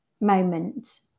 moment